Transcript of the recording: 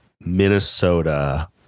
Minnesota